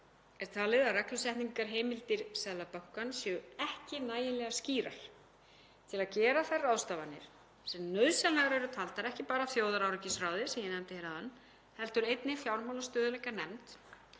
er talið að reglusetningarheimildir Seðlabankans séu ekki nægilega skýrar til að gera þær ráðstafanir sem nauðsynlegar eru taldar, ekki bara af þjóðaröryggisráði sem ég nefndi hér áðan heldur einnig fjármálastöðugleikanefnd